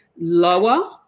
lower